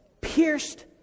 Pierced